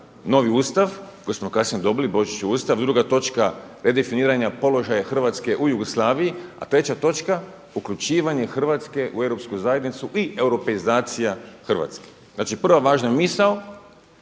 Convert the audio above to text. novi Ustav, kojeg smo kasnije dobili božićni Ustav, druga točka, redefiniranja položaja Hrvatske u Jugoslaviji, a treća točka uključivanje Hrvatske u Europsku zajednicu i europeizacija Hrvatske. Znači prva važna misao